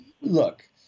look